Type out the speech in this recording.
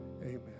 Amen